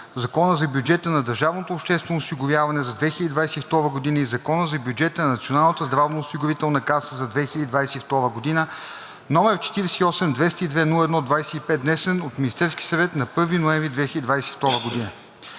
Закона за бюджета на държавното обществено осигуряване за 2022 г. и Закона за бюджета на Националната здравноосигурителна каса за 2022 г., № 48-202-01-25, внесен от Министерския съвет на 1 ноември 2022 г.